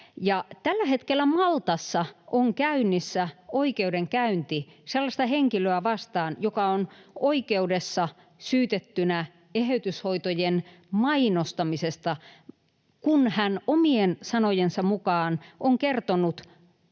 Tällä hetkellä Maltassa on käynnissä oikeudenkäynti sellaista henkilöä vastaan, joka on oikeudessa syytettynä eheytyshoitojen mainostamisesta, kun hän omien sanojensa mukaan on kertonut